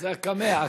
זה הקמע.